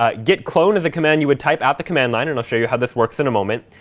ah git clone is a command you would type at the command line, and i'll show you how this works in a moment.